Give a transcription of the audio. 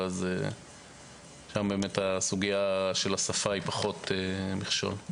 וסוגיית השפה שם היא פחות מכשול.